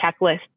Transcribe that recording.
checklist